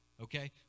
okay